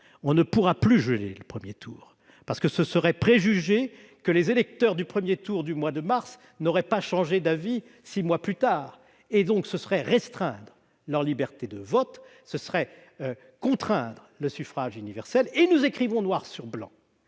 on ne pourra plus geler le premier tour : on ne saurait préjuger que les électeurs du premier tour du mois de mars n'ont pas changé d'avis six mois plus tard ! Ce serait restreindre leur liberté de vote ; ce serait contraindre le suffrage universel. Nous écrivons noir sur blanc